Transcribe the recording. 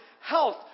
health